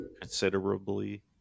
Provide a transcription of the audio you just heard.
considerably